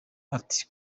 ati